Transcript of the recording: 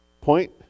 Point